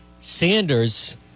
Sanders